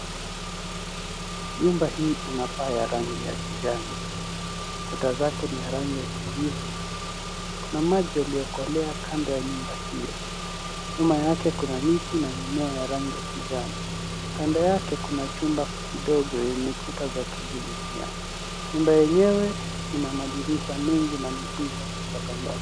Nyumba hii ina paa ya rangi ya kijani, kuta zake ni ya rangi ya kijivu. Kuna maji yaliyokolea kando ya nyumba hiyo. Nyuma yake kuna miti na mimea ya rangi ya kijani. Kando yake kuna chumba kidogo yenye kuta za kijivu pia. Nyumba yenyewe ina madirisha mengi na ni giza kutoka ndani.